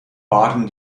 waren